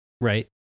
Right